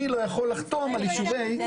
אני לא יכול לחתום על אישור.